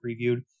previewed